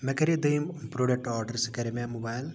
مےٚ کَرے دوٚیِم پروڈَکٹ آڈَر سُہ کرے مےٚ مُبایل